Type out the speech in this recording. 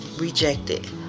rejected